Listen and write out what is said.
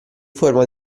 forma